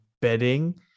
bedding